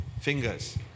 fingers